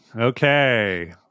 Okay